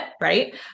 right